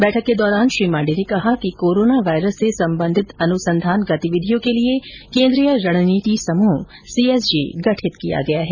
बैठक के दौरान श्री मांडे ने कहा कि कोरोना वायरस से संबंधित अनुसंधान गतिविधियों के लिए केंद्रीय रणनीति समूह सीएसजी गठित किया गया है